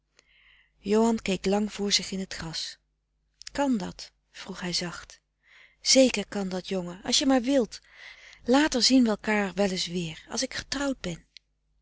johan keek lang voor zich in t gras kan dat vroeg hij zacht zeker kan dat jonge als je maar wilt later zien we elkaar wel es weer als ik getrouwd ben